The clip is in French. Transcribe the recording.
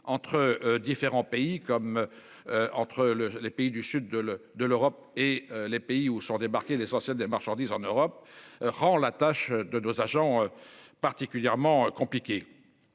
entre différents pays comme. Entre le les pays du sud de la de l'Europe et les pays où sont débarqués l'essentiel des marchandises en Europe, rend la tâche de nos agents particulièrement compliquée.